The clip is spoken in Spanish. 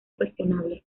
cuestionable